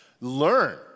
learn